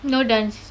no dance